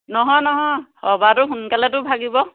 নহয় নহয় সভাটো সোনকালেটো ভাগিব